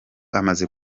amaze